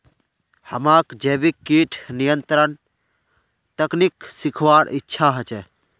हमाक जैविक कीट नियंत्रण तकनीक सीखवार इच्छा छ